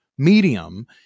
medium